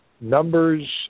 numbers